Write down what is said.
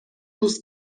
روز